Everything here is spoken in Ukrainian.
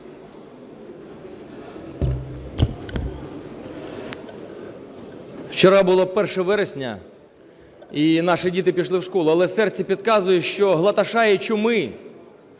Вчора було 1 вересня і наші діти пішли в школу. Але серце підказує, що глашатаї чуми